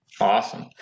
Awesome